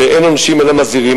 שאין עונשין אלא, מזהירין.